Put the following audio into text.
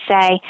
say